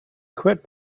quit